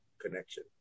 connection